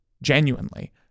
Genuinely